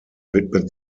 widmet